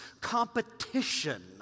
competition